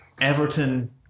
Everton